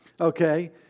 okay